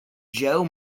joe